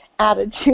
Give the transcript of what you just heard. attitude